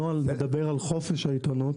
הנוהל מדבר על חופש העיתונות.